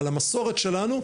על המסורת שלנו,